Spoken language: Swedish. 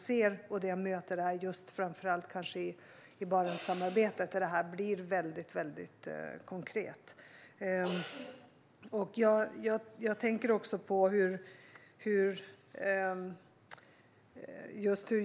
Det jag främst har sett och mött är Barentssamarbetet, där detta blir väldigt konkret.